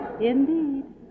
indeed